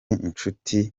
inshuti